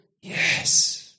yes